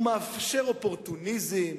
הוא מאפשר אופורטוניזם,